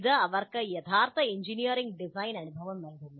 ഇത് അവർക്ക് യഥാർത്ഥ എഞ്ചിനീയറിംഗ് ഡിസൈൻ അനുഭവം നൽകുന്നു